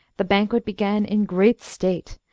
the banquet began in great state,